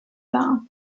dar